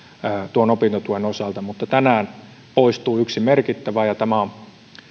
opintotuen osalta mutta tänään poistuu yksi merkittävä ja tämä on